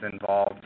involved